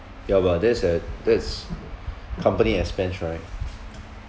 ya but that's at that's company expense right